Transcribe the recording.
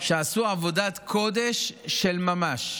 שעשו עבודת קודש של ממש,